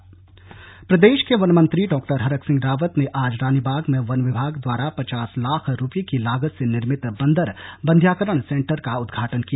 बंध्याकरण प्रदेश के वन मंत्री डॉ हरक सिह रावत ने आज रानीबाग में वनविभाग द्वारा पचास लाख रुपए की लागत से निर्मित बन्दर बंध्याकरण सेन्टर का उद्घाटन किया